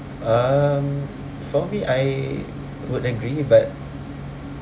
um for me I would agree but